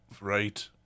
right